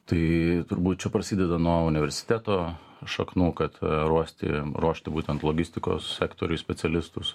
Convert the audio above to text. tai turbūt čiau jau prasideda nuo universiteto šaknų kad ruosti ruošti būtent logistikos sektoriui specialistus